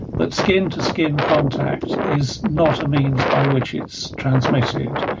but skin to skin contact is not means by which it's transmitted,